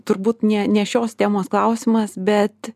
turbūt ne ne šios temos klausimas bet